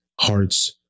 hearts